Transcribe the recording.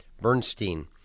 Bernstein &